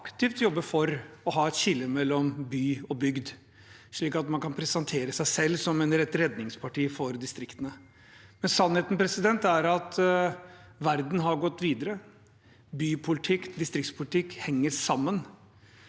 aktivt jobber for å ha et skille mellom by og bygd, slik at man kan presentere seg selv som et redningsparti for distriktene. Sannheten er at verden har gått videre. By- og distriktspolitikk henger sammen.